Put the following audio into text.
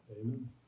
Amen